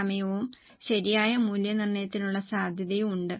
സമയവും ശരിയായ മൂല്യനിർണ്ണയത്തിനുള്ള സാധ്യതയും ഉണ്ട്